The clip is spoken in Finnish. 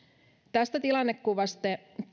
tästä tilannekuvasta